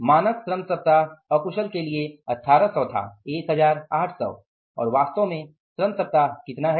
मानक श्रम सप्ताह 1800 था और वास्तव में श्रम सप्ताह कितना है